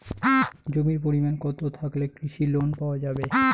জমির পরিমাণ কতো থাকলে কৃষি লোন পাওয়া যাবে?